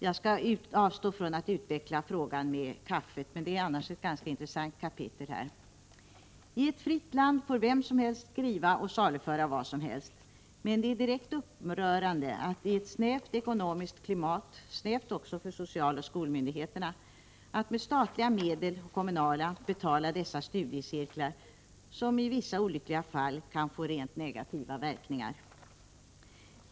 Jag skall avstå från att utveckla frågan med kaffet, men det är ett ganska intressant kapitel. Tett fritt land får vem som helst skriva och saluföra vad som helst, men det är direkt upprörande att man i ett snävt ekonomiskt klimat — snävt också för socialoch skolmyndigheterna — med statliga och kommunala medel betalar dessa studiecirklar, som i vissa olyckliga fall kan få rent negativa verkningar.